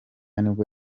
nibwo